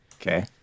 Okay